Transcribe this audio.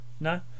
no